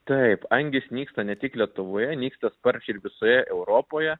taip angys nyksta ne tik lietuvoje nyksta sparčiai ir visoje europoje